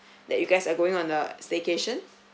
that you guys are going on the staycation